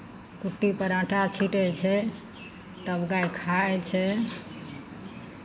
कुट्टीपर आँटा छीँटै छै तब गाय खाइ छै